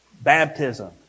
Baptism